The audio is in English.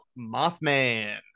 Mothman